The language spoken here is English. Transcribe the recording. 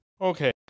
Okay